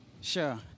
Sure